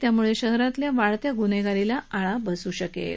त्यामुळे शहरातील वाढत्या गुन्हेगारीला आळा बसू शकेल